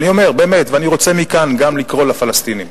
ואני רוצה מכאן גם לקרוא לפלסטינים: